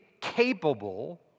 capable